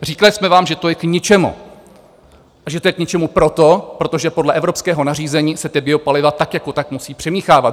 Říkali jsme vám, že to je k ničemu a že to je k ničemu proto, protože podle evropského nařízení se ta biopaliva tak jako tak musí přimíchávat.